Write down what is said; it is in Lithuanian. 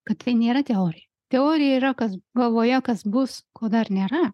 kad tai nėra teorija teorija yra kas galvoje kas bus ko dar nėra